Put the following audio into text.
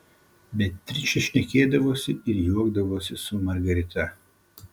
beatričė šnekėdavosi ir juokdavosi su margarita